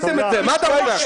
מה אתה רוצה עכשיו?